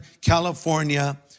California